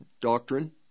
doctrine